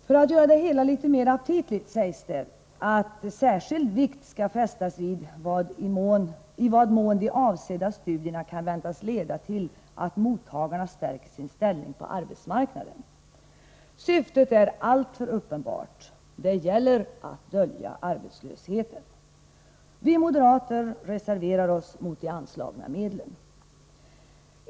För att göra det hela litet mer aptitligt sägs det att ”särskild vikt skall fästats vid i vad mån de avsedda studierna kan väntas leda till att mottagarna stärker sin ställning på arbetsmarknaden”. Syftet är alltför uppenbart. Det gäller att dölja arbetslösheten! Vi moderater reserverar oss mot förslaget att anslå dessa medel.